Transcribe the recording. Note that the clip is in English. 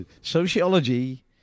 Sociology